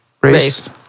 Race